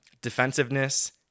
Defensiveness